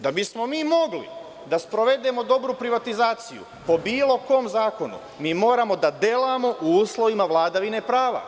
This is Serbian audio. Da bismo mi mogli da sprovedemo dobru privatizaciju po bilo kom zakonu, mi moramo da delamo u uslovima vladavine prava.